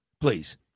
Please